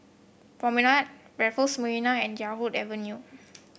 Promenade Raffles Marina and Yarwood Avenue